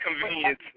convenience